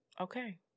Okay